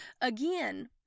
again